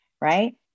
right